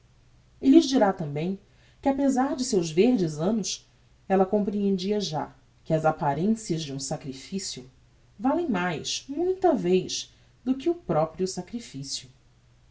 lhes dirá tambem que apezar de seus verdes annos ella comprehendia já que as apparencias de um sacrificio valem mais muita vez do que o proprio sacrificio